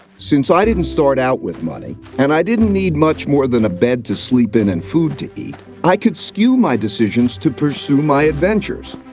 since i didn't start out with money, and i didn't need much more than a bed to sleep in and food to eat, i could skew my decisions to pursue my adventures.